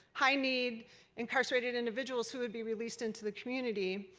high need incarcerated individuals who would be released into the community.